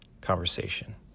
conversation